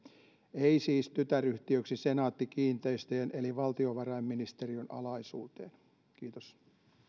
ei siis tytäryhtiöksi senaatti kiinteistöjen eli valtiovarainministeriön alaisuuteen kiitos